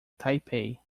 taipei